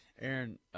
Aaron